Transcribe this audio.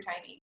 tiny